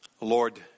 lord